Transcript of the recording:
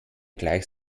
gleich